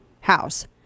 house